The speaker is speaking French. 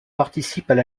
participent